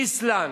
איסלנד,